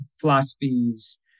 philosophies